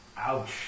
Ouch